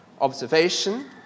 observation